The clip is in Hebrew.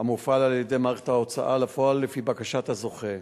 המופעל על-ידי מערכת ההוצאה לפועל לפי בקשת הזוכה.